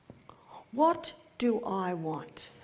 what do i want?